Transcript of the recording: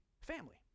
family